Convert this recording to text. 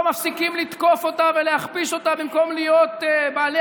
לא מפסיקים לתקוף אותה ולהכפיש אותה במקום להיות בעלי